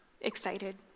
excited